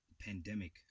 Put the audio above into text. Pandemic